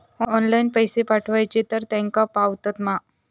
Online पैसे पाठवचे तर तेका पावतत मा?